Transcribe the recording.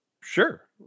Sure